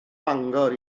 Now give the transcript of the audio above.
bangor